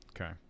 Okay